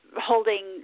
holding